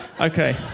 Okay